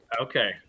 Okay